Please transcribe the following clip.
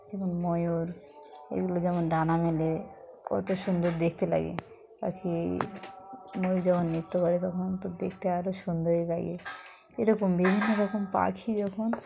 যেমন ময়ূর এগুলো যেমন ডানা মেলে কত সুন্দর দেখতে লাগে পাখি ময়ূর যখন নৃত্য করে তখন তো দেখতে আরও সুন্দরই লাগে এরকম বিভিন্ন রকম পাখি যখন